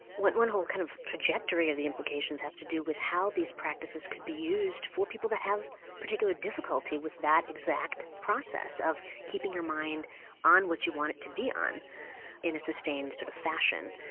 one whole kind of trajectory of the implications has to do with how these practices could be used for people that have particular difficulty with that exact process of keeping your mind on what you want it to be on in a sustained sort of fashion.